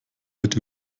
wird